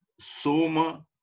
Soma